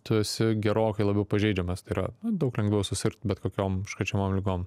tu esi gerokai labiau pažeidžiamas tai yra nu daug lengviau susirgt bet kokiom užkrečiamom ligom